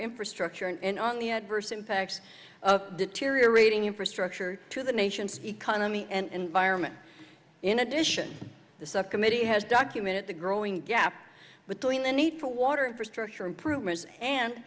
infrastructure and on the adverse impacts of deteriorating infrastructure to the nation's economy and vironment in addition the subcommittee has documented the growing gap between the need for water infrastructure improvements and